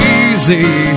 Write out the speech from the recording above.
easy